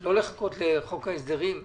לא לחכות לחוק ההסדרים ולהביא,